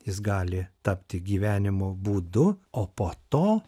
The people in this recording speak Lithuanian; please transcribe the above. jis gali tapti gyvenimo būdu o po to